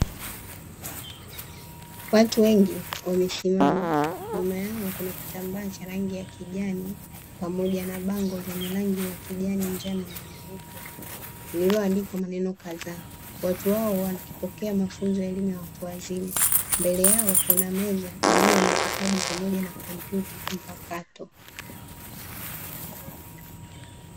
Watu wengi wamesimama nyuma yao kuna kitambaa cha rangi ya kijani pamoja na bango lenye rangi ya kijani, njano na nyeupe lililoandikwa maneno kadhaa, watu hao wakipokea mafunzo ya elimu ya watu wazima mbele yao kuna meza iliyo na vitabu pamoja na kompyuta mpakato.